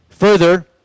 Further